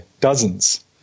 dozens